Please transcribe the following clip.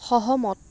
সহমত